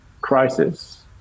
crisis